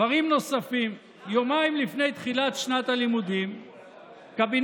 דברים נוספים: יומיים לפני תחילת שנת הלימודים קבינט